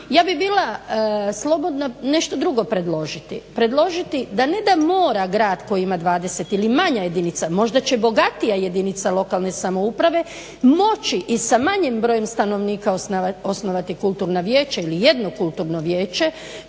Ja bih bila slobodna nešto drugo predložiti, da ne da mora grad koji ima 20 ili manja jedinica, možda će bogatija jedinica lokalne samouprave moći i sa manjim brojem stanovnika osnovati kulturna vijeća ili jedno kulturno vijeće,